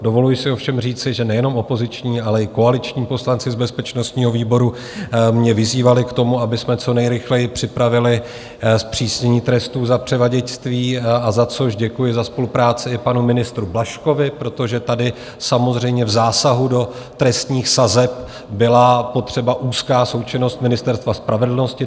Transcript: Dovoluji si ovšem říci, že nejenom opoziční, ale i koaliční poslanci z bezpečnostního výboru mě vyzývali k tomu, abychom co nejrychleji připravili zpřísnění trestů za převaděčství, za což děkuji za spolupráci i panu ministru Blažkovi, protože tady samozřejmě v zásahu do trestních sazeb byla potřeba úzká součinnost Ministerstva spravedlnosti.